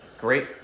great